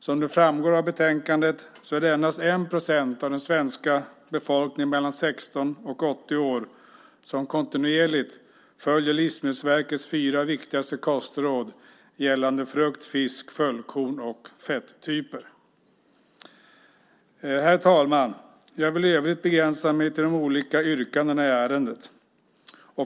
Som framgår av betänkandet följer endast 1 procent av den svenska befolkningen mellan 16 och 80 år kontinuerligt Livsmedelsverkets fyra viktigaste kostråd gällande frukt, fisk, fullkorn och fettyper. Herr talman! Jag vill i övrigt begränsa mig till de olika yrkandena i ärendet.